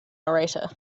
narrator